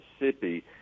Mississippi